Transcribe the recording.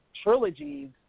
trilogies